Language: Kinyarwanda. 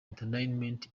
entertainment